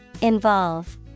Involve